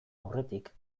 aurretik